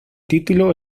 título